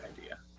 idea